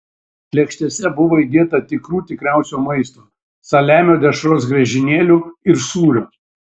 lėkštelėse buvo įdėta tikrų tikriausio maisto saliamio dešros griežinėlių ir sūrio